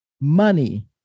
money